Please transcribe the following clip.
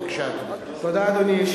בבקשה, אדוני.